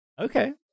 Okay